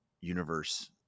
universe